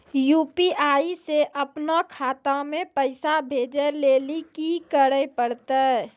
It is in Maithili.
यू.पी.आई से अपनो खाता मे पैसा भेजै लेली कि करै पड़तै?